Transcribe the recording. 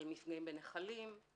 על מפגעים בנחלים.